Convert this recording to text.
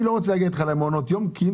אני לא רוצה להגיע איתך למעונות יום כי אם